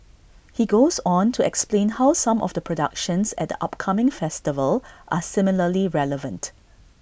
he goes on to explain how some of the productions at upcoming festival are similarly relevant